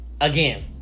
again